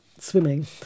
swimming